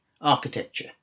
architecture